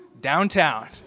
downtown